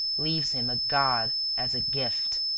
leaves him a god as a gift.